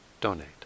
donate